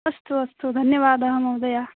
अस्तु अस्तु धन्यवादाः महोदय